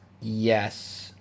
yes